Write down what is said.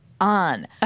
on